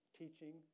teaching